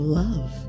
love